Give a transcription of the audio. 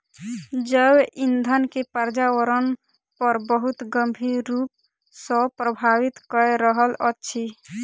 जैव ईंधन के पर्यावरण पर बहुत गंभीर रूप सॅ प्रभावित कय रहल अछि